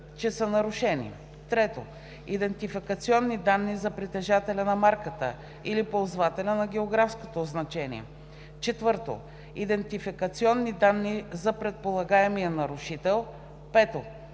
че са нарушени; 3. идентификационни данни за притежателя на марката или ползвателя на географското означение; 4. идентификационни данни за предполагаемия нарушител; 5.